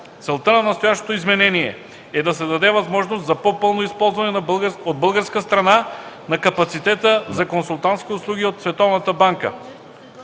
Целта на настоящото изменение е да се даде възможност за по-пълно използване от българска страна на капацитета за консултантски услуги от Световната банка